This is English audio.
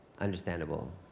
understandable